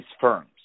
firms